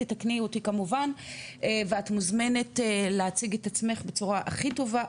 תתקני אותי כמובן ואת מוזמנת להציג את עצמך בצורה הכי טובה,